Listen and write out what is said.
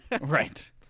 right